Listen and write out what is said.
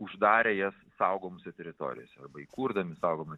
uždarę jas saugomose teritorijose arba įkurdami saugomą